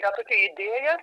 na tokia idėja